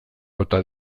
bota